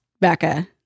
Becca